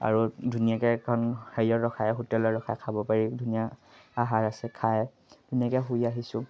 আৰু ধুনীয়াকৈ এখন হেৰিয়াত ৰখাই হোটেলত ৰখাই খাব পাৰি ধুনীয়া আহাৰ আছে খাই ধুনীয়াকৈ শুই আহিছোঁ